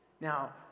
Now